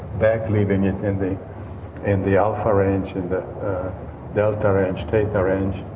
back, leaving it in the and the alpha range and the delta range, theta range.